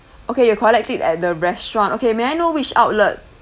okay you collect it at the restaurant okay may I know which outlet